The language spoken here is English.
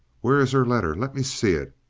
where is her letter? let me see it.